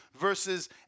versus